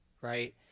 Right